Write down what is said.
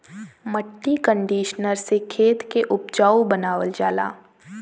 मट्टी कंडीशनर से खेत के उपजाऊ बनावल जाला